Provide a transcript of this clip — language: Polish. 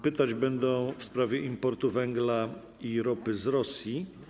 Pytać będą w sprawie importu węgla i ropy z Rosji.